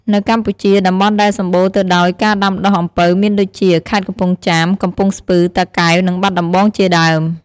នៅកម្ពុជា តំបន់ដែលសម្បូរទៅដោយការដាំដុះអំពៅមានដូចជា ខេត្តកំពង់ចាម កំពង់ស្ពឺ តាកែវ និងបាត់ដំបង ជាដើម។